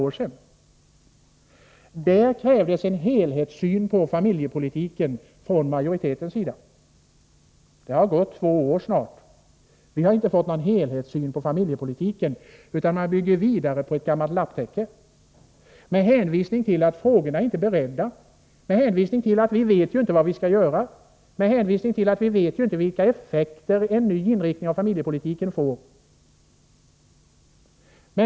Där krävde majoriteten en helhetssyn på familjepolitiken. Det har snart gått två år, men vi har inte fått någon helhetssyn på familjepolitiken. Man arbetar vidare på ett gammalt lapptäcke, med hänvisning till att frågorna inte är beredda, med hänvisning till att vi inte vet vad vi skall göra och med hänvisning till att vi inte vet vilka effekter en ny inriktning av familjepolitiken får.